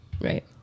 Right